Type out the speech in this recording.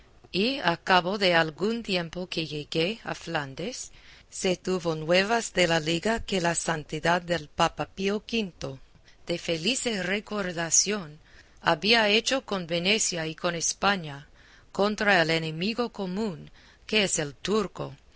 y a cabo de algún tiempo que llegué a flandes se tuvo nuevas de la liga que la santidad del papa pío quinto de felice recordación había hecho con venecia y con españa contra el enemigo común que es el turco